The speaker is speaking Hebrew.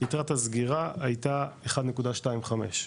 ייתרת הסגירה הייתה 1.25,